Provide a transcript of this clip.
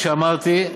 כפי שאמרתי,